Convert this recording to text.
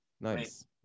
Nice